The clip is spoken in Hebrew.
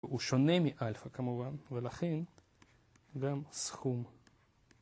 הוא שונה מאלפא כמובן, ולכן גם סכום.